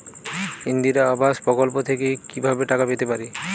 ইন্দিরা আবাস প্রকল্প থেকে কি ভাবে টাকা পেতে পারি?